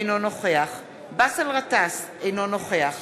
אינו נוכח באסל גטאס, אינו נוכח